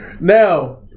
Now